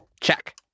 Check